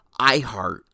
iHeart